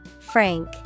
Frank